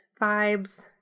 vibes